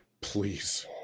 please